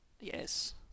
Yes